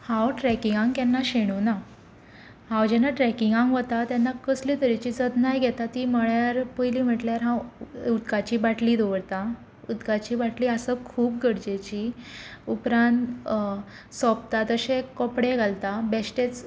हांव ट्रॅकिंगाक केन्ना शेणूंक ना हांव जेन्ना ट्रॅकिंगाक वता तेन्ना कसले तरेची जतनाय घेता ती म्हळ्यार पयलीं म्हटल्यार हांव उदकाची बाटली दवरतां उदकाची बाटली आसप खूब गरजेची उपरांत सोबता तशें कपडे घालतां बेश्टेच